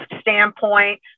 standpoint